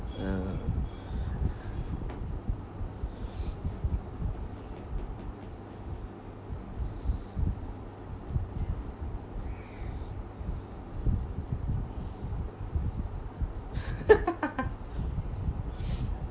err